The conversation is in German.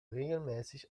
regelmäßig